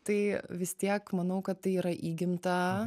tai vis tiek manau kad tai yra įgimta